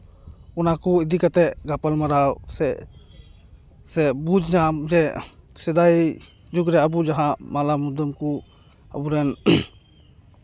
ᱚᱱᱟ ᱠᱚ ᱤᱫᱤ ᱠᱟᱛᱮ ᱜᱟᱯᱟᱞᱢᱟᱨᱟᱣ ᱥᱮ ᱥᱮ ᱵᱩᱡᱽ ᱧᱟᱢ ᱡᱮ ᱥᱮᱫᱟᱭ ᱡᱩᱜᱽ ᱨᱮ ᱟᱵᱚ ᱡᱟᱦᱟᱸ ᱢᱟᱞᱟ ᱢᱩᱫᱟᱹᱢ ᱠᱚ ᱟᱵᱚ ᱨᱮᱱ